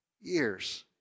years